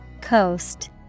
Coast